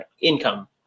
income